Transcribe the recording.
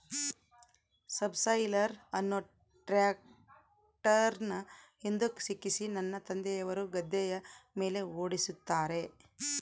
subsoiler ಅನ್ನು ಟ್ರ್ಯಾಕ್ಟರ್ನ ಹಿಂದುಕ ಸಿಕ್ಕಿಸಿ ನನ್ನ ತಂದೆಯವರು ಗದ್ದೆಯ ಮೇಲೆ ಓಡಿಸುತ್ತಾರೆ